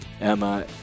Emma